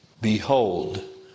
Behold